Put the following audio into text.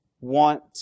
want